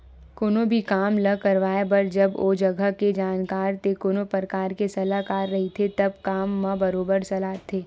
कोनो भी काम ल करवाए बर जब ओ जघा के जानकार ते कोनो परकार के सलाहकार रहिथे तब काम ह बरोबर सलटथे